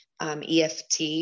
EFT